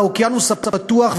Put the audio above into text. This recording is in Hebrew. לאוקיינוס הפתוח,